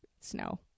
snow